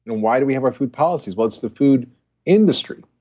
and why do we have our food policies? well, it's the food industry.